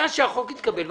מאז שהחוק התקבל,